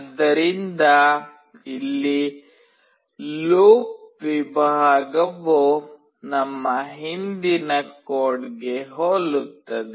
ಆದ್ದರಿಂದ ಇಲ್ಲಿ ಲೂಪ್ ವಿಭಾಗವು ನಮ್ಮ ಹಿಂದಿನ ಕೋಡ್ಗೆ ಹೋಲುತ್ತದೆ